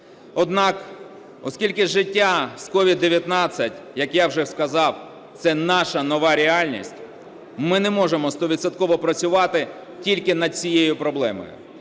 Однак, оскільки життя з COVID-19, як я вже сказав, це наша нова реальність, ми не можемо 100-відсотково працювати тільки над цією проблемою.